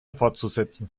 fortzusetzen